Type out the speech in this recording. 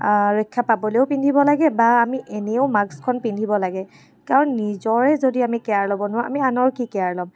ৰক্ষা পাবলৈও পিন্ধিব লাগে বা আমি এনেও মাস্কখন পিন্ধিব লাগে কাৰণ নিজৰে যদি আমি কেয়াৰ ল'ব নোৱাৰোঁ আমি আনৰ কি কেয়াৰ ল'ম